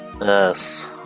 Yes